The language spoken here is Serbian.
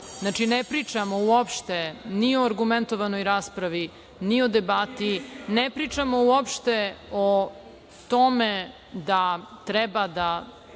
Znači, ne pričamo uopšte ni o argumentovanoj raspravi, ni o debati. Ne pričamo uopšte o tome da treba da